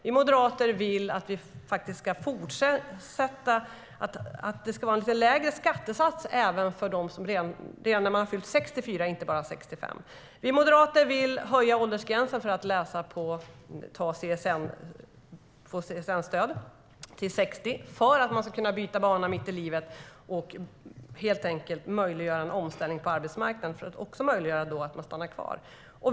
Vi moderater vill att det ska vara en lite lägre skattesats redan när man har fyllt 64 år och inte bara från 65 år. Vi moderater vill höja åldersgränsen för att få CSN-stöd till 60. Man ska kunna byta bana mitt i livet, helt enkelt för att möjliggöra en omställning på arbetsmarknaden och för att det ska vara möjligt att stanna kvar.